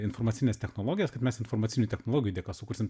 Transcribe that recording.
informacines technologijas kad mes informacinių technologijų dėka sukursim